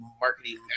marketing